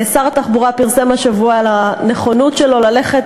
שר התחבורה פרסם השבוע את הנכונות שלו ללכת